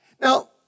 Now